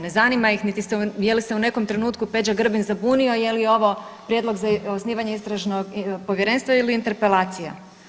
Ne zanima ih niti je li se u nekom trenutku Peđa Grbin zabunio je li ovo Prijedlog za osnivanje Istražnog povjerenstva ili interpelacija.